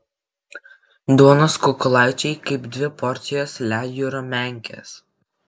duonos kukulaičiai kaip dvi porcijos ledjūrio menkės